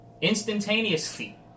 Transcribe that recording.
instantaneously